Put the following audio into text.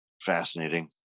fascinating